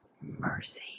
mercy